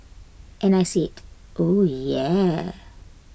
and I said oh yeah